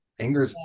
anger